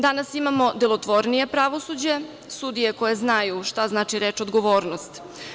Danas imamo delotvornije pravosuđe, sudije koje znaju šta znači reč odgovornost.